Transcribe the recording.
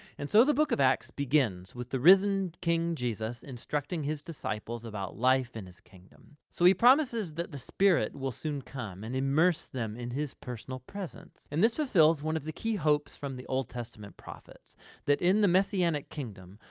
and so, the book of acts begins with the risen king jesus instructing his disciples about life in his kingdom. so he promises that the spirit will soon come and immerse them in his personal presence, and this fulfills one of the key hopes from the old testament prophets that in the messianic kingdom,